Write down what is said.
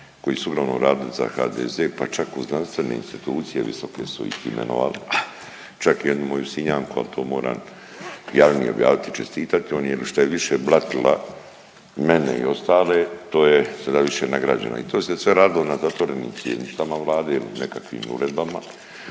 koji su uglavnom radili za HDZ, pa čak u znanstvene institucije visoke su ih imenovali, čak jednu moju Sinjanku, al to moram javnije objavit i čestitat joj jel što je više blatila mene i ostale to je sada više nagrađena i to je se sve radilo na zatvorenim sjednicama Vlade ili nekakvim uredbama.